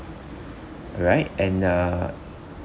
right and uh